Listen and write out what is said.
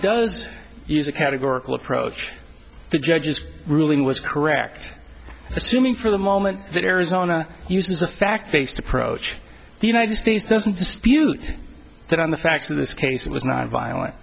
does use a categorical approach the judge's ruling was correct assuming for the moment that arizona uses a fact based approach the united states doesn't dispute that on the facts of this case it was not violent